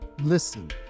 Listen